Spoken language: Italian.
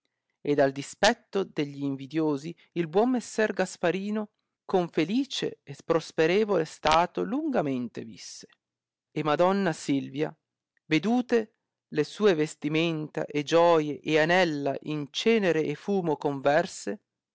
ed al dispetto de gli invidiosi il buon messer gasparino con felice e prosperevole stato lungamente visse e madonna silvia vedute le sue vestimenta e gioie e anella in cenere e fumo converse